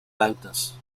loudness